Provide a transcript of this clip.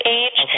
age